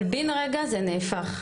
אבל בן רגע זה נהפך.